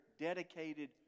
dedicated